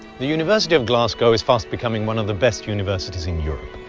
the university of glasgow is fast becoming one of the best universities in europe.